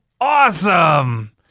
Awesome